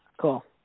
Cool